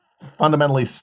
fundamentally